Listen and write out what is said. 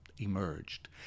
emerged